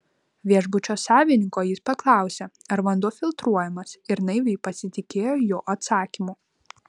viešbučio savininko jis paklausė ar vanduo filtruojamas ir naiviai pasitikėjo jo atsakymu